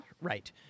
Right